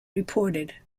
reported